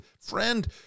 friend